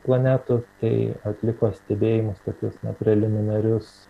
planetų tai atliko stebėjimus tokius na preliminarius